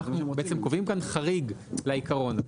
אנחנו קובעים כאן בעצם חריג לעיקרון הזה.